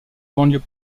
banlieue